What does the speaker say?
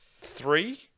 three